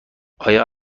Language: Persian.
آیا